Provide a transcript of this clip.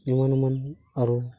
ᱮᱢᱟᱱ ᱮᱢᱟᱱ ᱟᱨᱚ